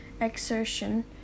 exertion